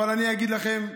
אבל אני אגיד לכם,